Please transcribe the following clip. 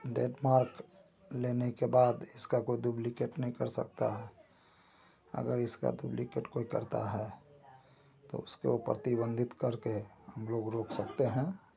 डेटमार्क लेने के बाद इसका कोई डुब्लिकेट नहीं कर सकता अगर इसका डुब्लिकेट कोई करता है तो उसको प्रतिबंधित करके हम लोग रोक सकते हैं